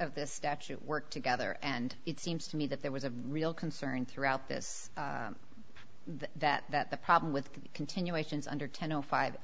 of the statute work together and it seems to me that there was a real concern throughout this that that the problem with continuations under ten o five